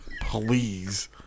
please